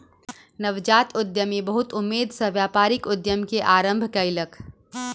नवजात उद्यमी बहुत उमेद सॅ व्यापारिक उद्यम के आरम्भ कयलक